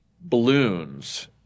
balloons